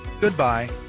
Goodbye